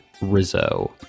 Rizzo